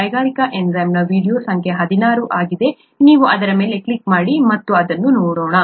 ಕೈಗಾರಿಕಾ ಎನ್ಝೈಮ್ನ ವೀಡಿಯೊ ಸಂಖ್ಯೆ 16 ಆಗಿದೆ ನೀವು ಅದರ ಮೇಲೆ ಕ್ಲಿಕ್ ಮಾಡಿ ಮತ್ತು ಅದನ್ನು ನೋಡೋಣ